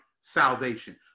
salvation